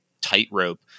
tightrope